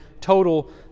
total